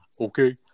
okay